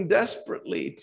desperately